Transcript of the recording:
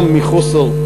גם מחוסר,